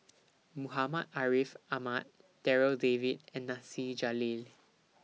Muhammad Ariff Ahmad Darryl David and Nasir Jalil